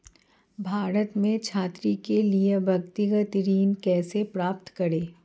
भारत में छात्रों के लिए व्यक्तिगत ऋण कैसे प्राप्त करें?